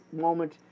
moment